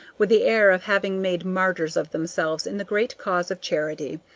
with the air of having made martyrs of themselves in the great cause of charity.